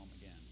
again